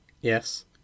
yes